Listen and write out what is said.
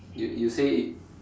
you you say